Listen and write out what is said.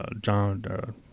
john